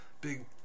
big